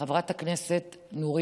חברת הכנסת נורית,